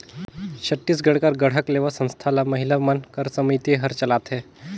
छत्तीसगढ़ कर गढ़कलेवा संस्था ल महिला मन कर समिति हर चलाथे